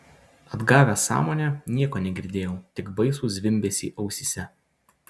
atgavęs sąmonę nieko negirdėjau tik baisų zvimbesį ausyse